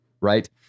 right